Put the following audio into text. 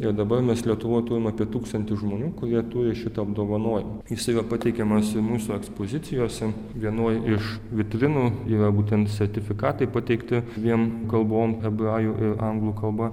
ir dabar mes lietuvoj turim apie tūkstantį žmonių kurie turi šitą apdovanojimą jisai yra pateikiamas ir mūsų ekspozicijose vienoj iš vitrinų yra būtent sertifikatai pateikti dviem kalbom hebrajų ir anglų kalba